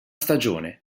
stagione